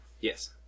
Yes